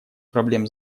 проблем